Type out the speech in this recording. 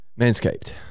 Manscaped